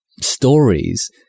stories